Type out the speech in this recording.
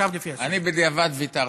אני בדיעבד ויתרתי,